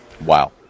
Wow